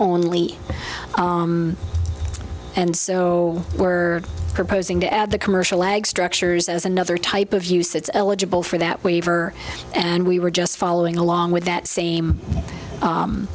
only and so we're proposing to add the commercial leg structures as another type of use it's eligible for that waiver and we were just following along with that same